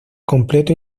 completo